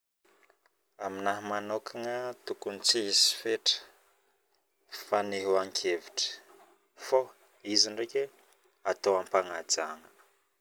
aminahy manokagna tokony tsy hisy fetra ny fanehoankevitry fao izy ndraiky atao ampagnajagna